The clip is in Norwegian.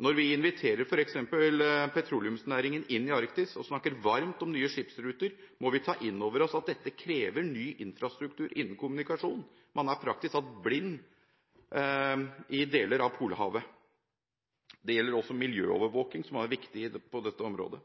Når vi inviterer f.eks. petroleumsnæringen inn i Arktis og snakker varmt om nye skipsruter, må vi ta inn over oss at dette krever ny infrastruktur innen kommunikasjon. Man er praktisk talt blind i deler av Polhavet. Det gjelder også miljøovervåking, som er viktig i dette området.